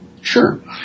Sure